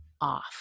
off